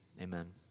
Amen